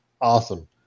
awesome